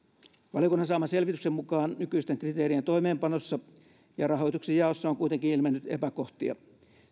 valiokunnan saaman selvityksen mukaan nykyisten kriteerien toimeenpanossa ja rahoituksen jaossa on kuitenkin ilmennyt epäkohtia